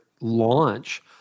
launch